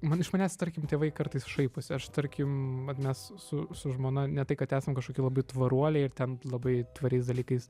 man iš manęs tarkim tėvai kartais šaiposi aš tarkim vat mes su su žmona ne tai kad esam kašoki labai tvaruoliai ir ten labai tvariais dalykais